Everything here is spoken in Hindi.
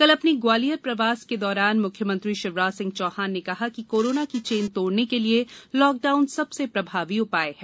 कल अपने ग्वालियर प्रवास के दौरान मुख्यमंत्री शिवराज सिंह चौहान ने कहा कि कोरोना की चेन तोडने के लिये लॉकडाउन सबसे प्रभावी उपाय है